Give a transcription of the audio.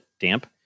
damp